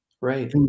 Right